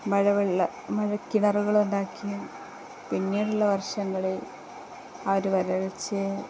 മഴവെള്ള മഴക്കിണറുകളുണ്ടാക്കിയും പിന്നീടുള്ള വർഷങ്ങളിൽ ആ ഒരു വളര്ച്ചയെ